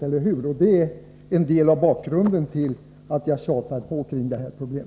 Det är i viss mån för att få klarhet i sådana här frågor som jag tjatar om dessa problem.